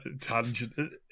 tangent